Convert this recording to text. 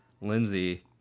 Lindsay